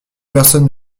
personne